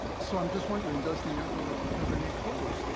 so i'm just wondering, does the emperor have any clothes?